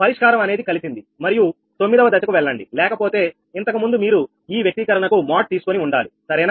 పరిష్కారం అనేది కలిసింది మరియు తొమ్మిదవ దశ కు వెళ్ళండి లేకపోతే ఇంతకుముందు మీరు ఈ వ్యక్తీకరణకు మోడ్ తీసుకొని ఉండాలి సరేనా